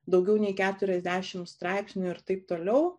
daugiau nei keturiasdešimt straipsnių ir taip toliau